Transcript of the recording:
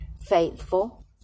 faithful